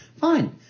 fine